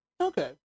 Okay